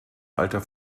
alter